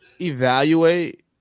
evaluate